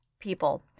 people